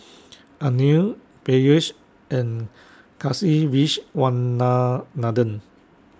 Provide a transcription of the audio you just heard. Anil Peyush and